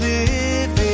Living